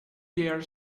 dare